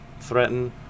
threaten